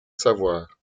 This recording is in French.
savoir